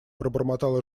пробормотала